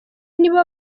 nibo